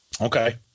Okay